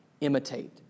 imitate